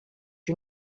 you